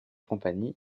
compagnie